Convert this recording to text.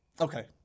Okay